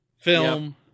film